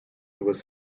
was